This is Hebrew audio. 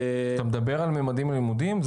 אתה מדבר על "ממדים ללימודים"?